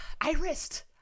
Iris